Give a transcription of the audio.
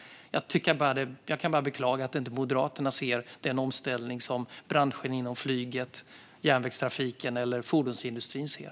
Jag kan bara beklaga att inte Moderaterna ser den omställning som flygbranschen, järnvägsbranschen eller fordonsindustrin ser.